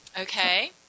Okay